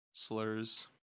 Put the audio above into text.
Slurs